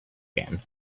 again